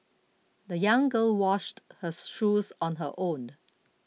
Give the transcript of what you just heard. the young girl washed her shoes on her own